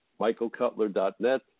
michaelcutler.net